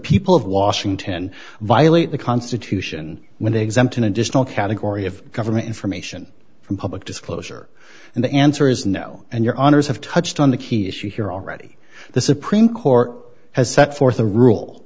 people of washington violate the constitution when they exempt an additional category of government information from public disclosure and the answer is no and your honour's have touched on the key issue here already the supreme court has set forth a rule